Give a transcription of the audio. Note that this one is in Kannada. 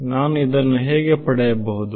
ನಾನು ಇದನ್ನು ಹೇಗೆ ಪಡೆಯಬಹುದು